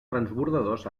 transbordadors